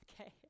Okay